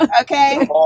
Okay